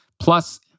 Plus